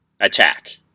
attack